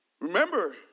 Remember